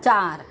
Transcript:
चार